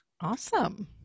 Awesome